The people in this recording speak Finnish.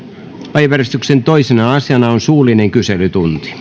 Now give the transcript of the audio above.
päiväjärjestyksen toisena asiana on suullinen kyselytunti